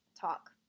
talk